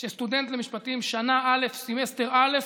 שסטודנט למשפטים שנה א' סמסטר א'